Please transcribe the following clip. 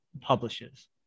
publishes